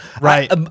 Right